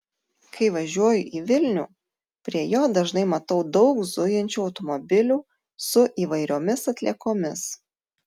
kai važiuoju į vilnių prie jo dažnai matau daug zujančių automobilių su įvairiomis atliekomis